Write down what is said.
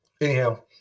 anyhow